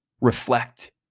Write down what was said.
reflect